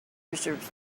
preserves